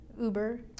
Uber